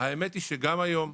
האמת היא שגם היום,